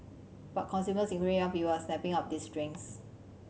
but consumers including young people are snapping up these drinks